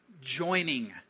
joining